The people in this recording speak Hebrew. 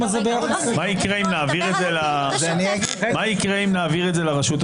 מה יקרה אם נעביר את זה לרשות השופטת?